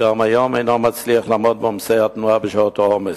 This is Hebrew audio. שגם היום אינו מצליח לעמוד בעומסי התנועה בשעות העומס.